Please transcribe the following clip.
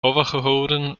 overgehouden